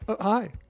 Hi